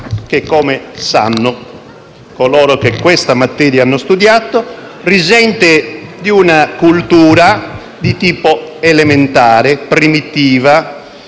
che, come sanno coloro che questa materia hanno studiato, risente di una cultura di tipo elementare, primitiva,